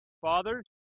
Fathers